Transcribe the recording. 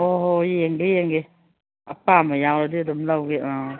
ꯍꯣꯏ ꯍꯣꯏ ꯌꯦꯡꯒꯦ ꯌꯦꯡꯒꯦ ꯑꯄꯥꯝꯕ ꯌꯥꯎꯔꯗꯤ ꯑꯗꯨꯝ ꯂꯧꯒꯦ ꯑꯥ